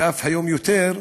והיום אף יותר,